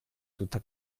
tutta